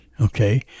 okay